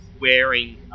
wearing